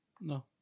no